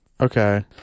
Okay